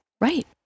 Right